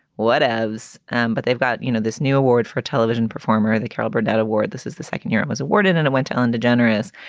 whatevs and but they've got, you know, this new award for a television performer, the carol burnett award, this is the second year it was awarded and went on to and generous.